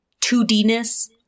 2D-ness